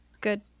good